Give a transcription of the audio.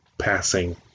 passing